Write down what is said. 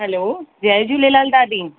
hello जय झूलेलाल दादी